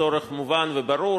צורך מובן וברור.